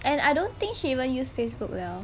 and I don't think she even use facebook liao